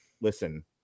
listen